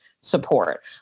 support